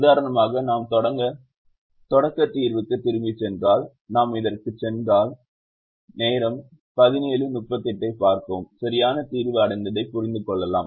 உதாரணமாக நாம் தொடக்கத் தீர்வுக்குத் திரும்பிச் சென்றால் நாம் இதற்குச் சென்றால் சரியான தீர்வு அடைந்ததை புரிந்து கொள்ளலாம்